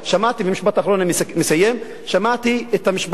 שמעתי, במשפט אחרון אני מסיים, שמעתי את המשפט: